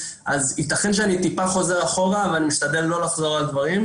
יתכן שאני חוזר אחורה אבל אני אשתדל לא לחזור על דברים.